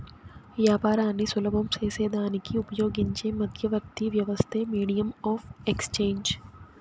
యాపారాన్ని సులభం సేసేదానికి ఉపయోగించే మధ్యవర్తి వ్యవస్థే మీడియం ఆఫ్ ఎక్స్చేంజ్